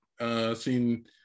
Seen